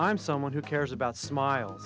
i'm someone who cares about smile